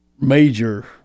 major